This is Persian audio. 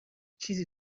چیزی